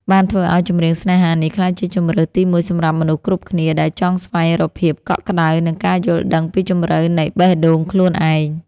បានធ្វើឱ្យ ចម្រៀងស្នេហានេះ ក្លាយជាជម្រើសទីមួយសម្រាប់មនុស្សគ្រប់គ្នាដែលចង់ស្វែងរកភាពកក់ក្ដៅ និងការយល់ដឹងពីជម្រៅនៃបេះដូងខ្លួនឯង។